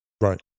Right